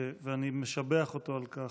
ואני משבח אותו על כך,